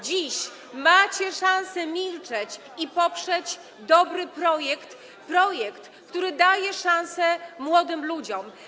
Dziś macie szansę milczeć i poprzeć dobry projekt, projekt, który daje szansę młodym ludziom.